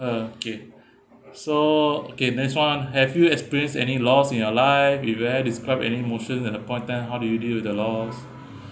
uh okay so okay next one have you experienced any loss in your life if you have describe any emotion at the point of time how do you deal with the loss